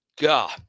God